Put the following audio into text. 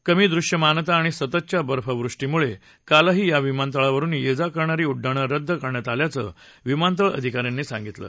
कमी दृश्यमानता आणि सततच्या बर्फवृष्टीमुळे कालही या विमानतळावरून ये जा करणारी उड्डाणं रद्द करण्यात आल्याचं विमानतळ अधिकाऱ्यांनी सांगितलं